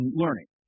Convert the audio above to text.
learning